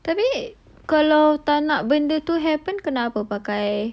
tapi kalau tak nak benda tu happen kena berbagai